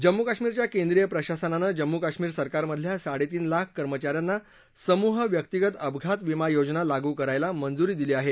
जम्मू काश्मीरच्या केंद्रीय प्रशासनानं जम्मू काश्मीर सरकारमधल्या साडे तीन लाख कर्मचा यांना समूह व्यक्तीगत अपघात विमा योजना लागू करायला मंजूरी दिली आहे